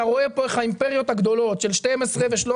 אתה רואה פה איך האימפריות הגדולות של 12 ו-13,